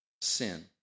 Sin